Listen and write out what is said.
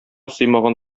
сыймаган